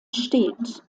steht